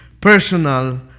personal